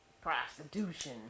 prostitution